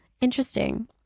Interesting